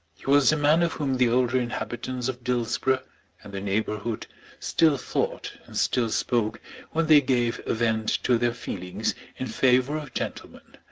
he was the man of whom the older inhabitants of dillsborough and the neighbourhood still thought and still spoke when they gave vent to their feelings in favour of gentlemen.